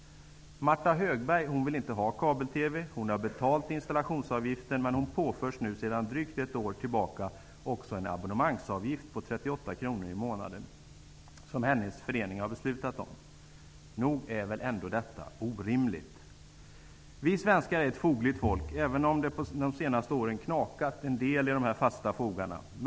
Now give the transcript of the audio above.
Martha Högberg vill inte ha kabel-TV. Hon har betalat installationsavgiften, men hon påförs nu sedan drygt ett år också en abonnemangsavgift på 38 kr i månaden, som hennes förening har beslutat om. Nog är väl detta orimligt? Vi svenskar är ett fogligt folk, även om det under de senaste åren knakat en del i fogarna.